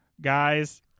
guys